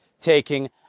taking